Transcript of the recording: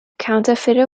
counterfeiter